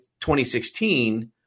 2016